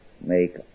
make